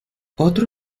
otro